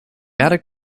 attic